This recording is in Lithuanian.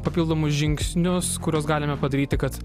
papildomus žingsnius kuriuos galime padaryti kad